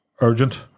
urgent